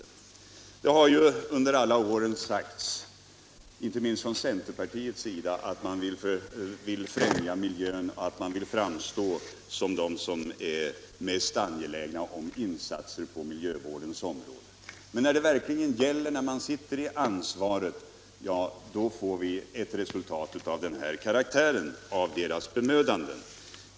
Inte minst från centerns sida har det under alla år sagts att man vill främja miljön; man vill framstå som de som är mest angelägna om insatser på miljövårdens område. Men när det verkligen gäller, när man befinner sig i ansvarig ställning, då blir resultatet av deras bemödanden av den här karaktären.